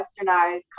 westernized